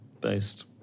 based